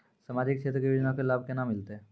समाजिक क्षेत्र के योजना के लाभ केना मिलतै?